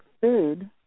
food